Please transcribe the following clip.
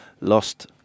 Lost